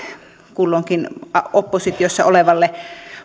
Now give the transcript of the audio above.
kulloinkin oppositiossa olevalle